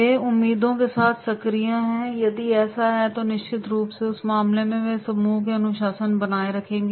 वे उम्मीदों के साथ सक्रिय हैं और यदि ऐसा है तो निश्चित रूप से उस मामले में वे समूह में अनुशासन बनाए रखेंगे